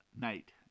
night